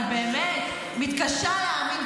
אני באמת מתקשה להאמין,